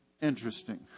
interesting